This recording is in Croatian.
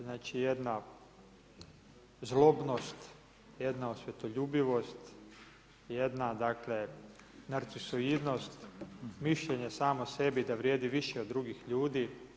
Znači jedna zlobnost, jedna osvetoljubljivost, jedna dakle, narcisoidnost, mišljenje samo sebi da vrijedi više od drugih ljudi.